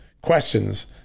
questions